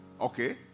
okay